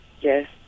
Yes